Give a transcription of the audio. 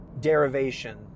derivation